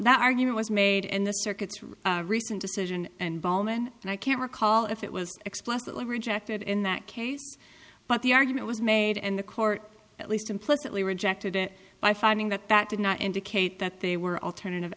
that argument was made in the circuits recent decision and bowman and i can't recall if it was explicitly rejected in that case but the argument was made and the court at least implicitly rejected it by finding that that did not indicate that they were alternative